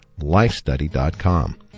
lifestudy.com